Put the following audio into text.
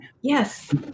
yes